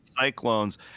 Cyclones